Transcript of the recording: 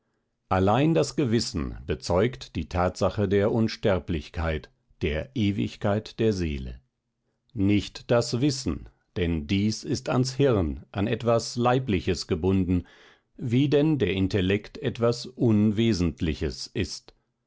allein das gewissen bezeugt die tatsache der unsterblichkeit der ewigkeit der seele nicht das wissen denn dies ist ans hirn an etwas leibliches gebunden wie denn der intellekt etwas un wesentliches ist